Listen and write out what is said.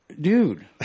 dude